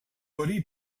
verí